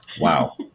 Wow